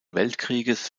weltkrieges